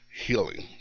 healing